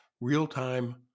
real-time